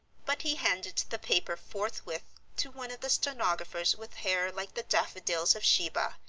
but he handed the paper forthwith to one of the stenographers with hair like the daffodils of sheba,